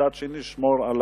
ומצד שני תשמור על